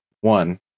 One